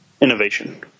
innovation